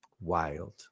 Wild